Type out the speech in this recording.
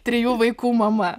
trijų vaikų mama